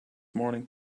morning